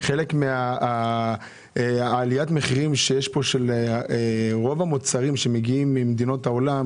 חלק מעליית המחירים של רוב המוצרים שמגיעים ממדינות העולם,